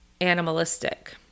animalistic